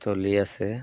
চলি আছে